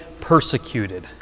persecuted